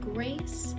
Grace